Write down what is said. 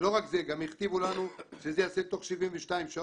ולא רק זה, גם הכתיבו לנו שזה ייעשה תוך 72 שעות,